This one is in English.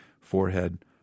forehead